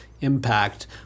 impact